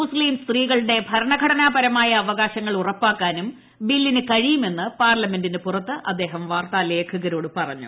മുസ്സീം സ്ത്രീകളുടെ ഭരണഘടനാപ്പിരമാർയ അവകാശങ്ങൾ ഉറപ്പാക്കാനും ബില്ലിന് കഴിയുമെന്ന് പ്രവാർലമെന്റിന് പുറത്ത് അദ്ദേഹം വാർത്താ ലേഖകരോട് പറഞ്ഞു